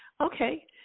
okay